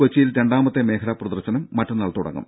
കൊച്ചിയിൽ രണ്ടാമത്തെ മേഖലാ പ്രദർശനം മറ്റന്നാൾ തുടങ്ങും